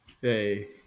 Hey